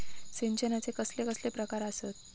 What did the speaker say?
सिंचनाचे कसले कसले प्रकार आसत?